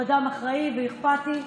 הוא אדם אחראי ואכפתי.